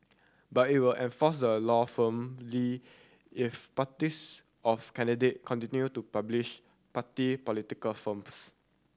but it will enforce the law firmly if parties of candidate continue to publish party political films